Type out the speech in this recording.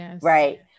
Right